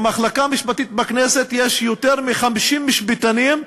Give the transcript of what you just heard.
במחלקה המשפטית בכנסת יש יותר מ-50 משפטנים,